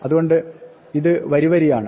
അതുകൊണ്ട് ഇത് വരിവരിയാണ്